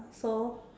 so